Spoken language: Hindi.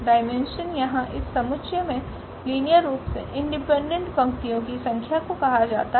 डाइमेन्शन यहाँ इस समुच्चय में लीनियर रूप से इंडिपेंडेंट पंक्तियों की संख्या को कहा जाता है